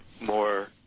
more